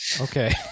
okay